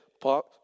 park